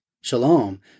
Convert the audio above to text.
Shalom